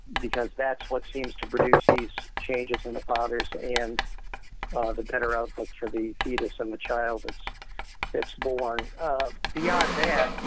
because that's what seems to produce these changes in the fathers and ah the better outcomes for the fetus and the child that's that's born. ah beyond that,